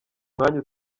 mwanya